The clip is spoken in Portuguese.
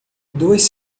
duas